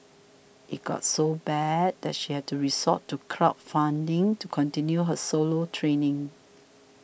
it got so bad that she had to resort to crowd funding to continue her solo training